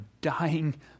dying